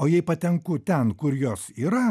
o jei patenku ten kur jos yra